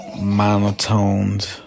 monotoned